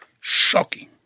shocking